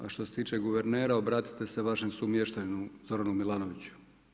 A što se tiče guvernera obratite se vašem sumještaninu Zoranu Milanoviću.